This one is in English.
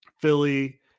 Philly